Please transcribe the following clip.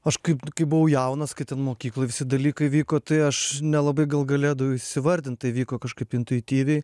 aš kaip kai buvau jaunas kai ten mokykloj visi dalykai vyko tai aš nelabai gal galėdavau įsivardint tai vyko kažkaip tai intuityviai